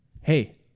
Hey